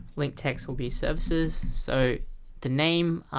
link text will be services so the name,